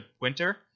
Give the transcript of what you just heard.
winter